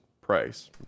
price